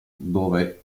dove